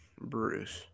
Bruce